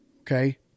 Okay